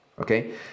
Okay